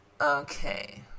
Okay